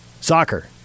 Soccer